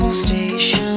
Station